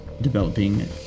developing